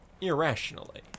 irrationally